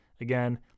Again